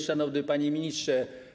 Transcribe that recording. Szanowny Panie Ministrze!